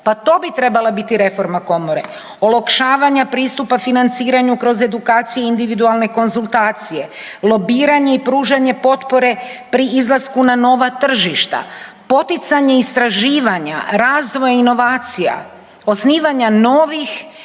pa to bi trebala biti reforma komore, olakšavanja pristupa financiranju kroz edukacije i individualne konzultacije, lobiranje i pružanje potpore pri izlasku na nova tržišta, poticanje istraživanja, razvoj inovacija, osnivanja novih